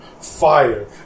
fire